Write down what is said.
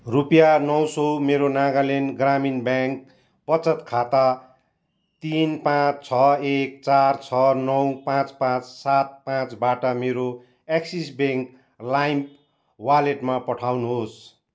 रुपियाँ नौ सय मेरो नागाल्यान्ड ग्रामीण ब्याङ्क बचत खाता तिन पाँच छ एक चार छ नौ पाँच पाँच सात पाँचबाट मेरो एक्सिस ब्याङ्क लाइम वालेटमा पठाउनुहोस्